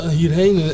hierheen